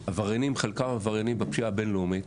חלקם עבריינים בפשיעה הבינלאומית,